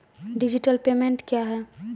Digital payment क्या हैं?